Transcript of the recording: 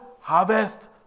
harvest